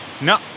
No